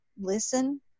listen